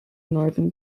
northern